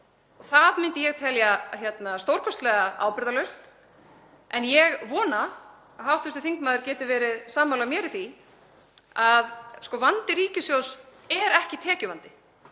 Það myndi ég telja stórkostlega ábyrgðarlaust. En ég vona að hv. þingmaður geti verið sammála mér í því að vandi ríkissjóðs er ekki tekjuvandi.